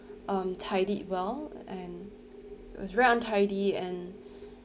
um tidied well and was very untidy and